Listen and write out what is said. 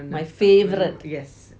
my favourite guest